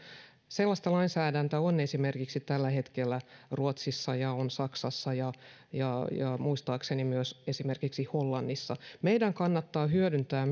sellaista lainsäädäntöä on tällä hetkellä esimerkiksi ruotsissa ja saksassa ja ja muistaakseni myös esimerkiksi hollannissa meidän kannattaa hyödyntää